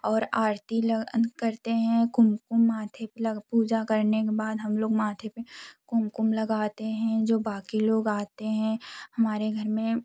और आरती ल अन करते हैं कुमकुम माथे पर लग पूजा करने के बाद हम लोग माथे कुमकुम लगाते हैं जो बाकि लोग आते हैं हमारे घर में